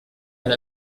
elle